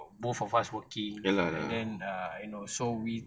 both of us working and then err you know so we